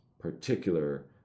particular